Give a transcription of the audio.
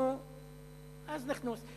נו, אז נכנסו.